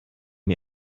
mir